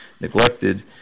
neglected